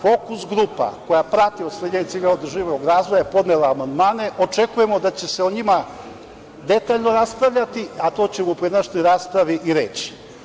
Fokus grupa, koja prati ostvarivanje ciljeva održivog razvoja podnela je amandmane i očekujemo da će se o njima detaljno raspravljati, a to ćemo u pojedinačnoj raspravi i reći.